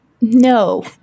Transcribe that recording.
No